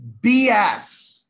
BS